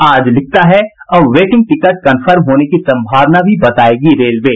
आज लिखता है अब वेटिंग टिकट कन्फर्म होने की सम्भावना भी बतायेगी रेलवे